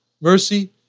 mercy